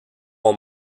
ont